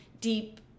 deep